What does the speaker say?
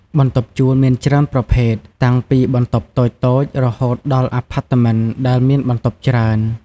បន្ទប់ជួលមានច្រើនប្រភេទ តាំងពីបន្ទប់តូចៗរហូតដល់អាផាតមិនដែលមានបន្ទប់ច្រើន។